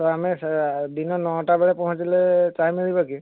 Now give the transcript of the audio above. ତ ଆମେ ଦିନ ନଅଟାବେଳେ ପହଞ୍ଚିଲେ ଚାହା ମିଳିବ କି